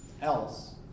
else